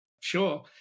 sure